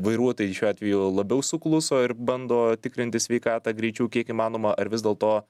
vairuotojai šiuo atveju labiau sukluso ir bando tikrintis sveikatą greičiau kiek įmanoma ar vis dėlto